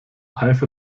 eifer